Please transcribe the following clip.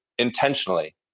Intentionally